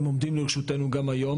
הם עומדים לרשותנו גם היום,